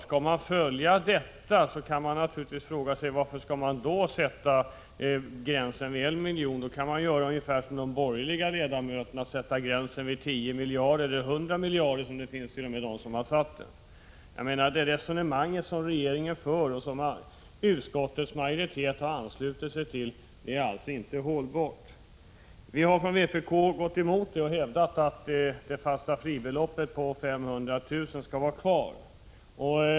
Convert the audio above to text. Skall vi följa detta resonemang, så kan vi naturligtvis fråga oss varför gränsen då skall sättas vid I miljon. Då kan man göra ungefär som de borgerliga ledamöterna vill och sätta gränsen vid 10 miljarder — eller t.o.m. 100 miljarder, som vissa motionärer har föreslagit. Det resonemang som regeringen för, och som utskottets majoritet har anslutit sig till, är alltså inte hållbart. Vi från vpk har gått emot det och hävdat att det fasta fribeloppet skall vara kvar vid 500 000 kr.